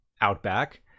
outback